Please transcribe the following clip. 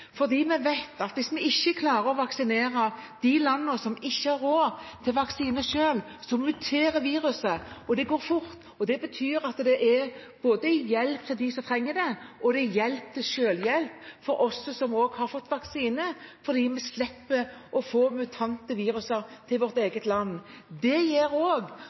Vi vet at hvis vi ikke klarer å vaksinere i de landene som ikke har råd til vaksiner selv, så muterer viruset, og det går fort. Det betyr at det både er hjelp til dem som trenger det, og det er hjelp til selvhjelp for oss som også har fått vaksine, fordi vi slipper å få muterte virus til vårt eget land. Det gjør